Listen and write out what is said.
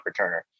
returner